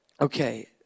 Okay